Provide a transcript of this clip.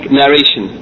narration